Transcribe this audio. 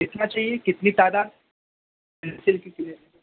کتنا چاہیے کتنی تعداد پینسل کتنے